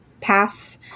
pass